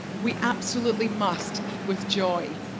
we absolutely must eat with joy.